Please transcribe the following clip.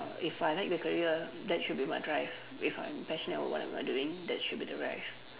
if I like the career that should be my drive if I'm passionate on what am I doing that should be the drive